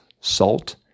salt